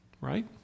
right